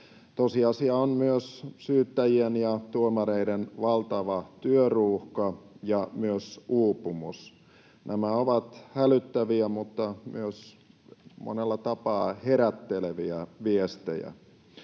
Tosiasia on myös syyttäjien ja tuomareiden valtava työruuhka ja myös uupumus. Nämä ovat hälyttäviä mutta myös monella tapaa herätteleviä viestejä.